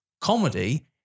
Comedy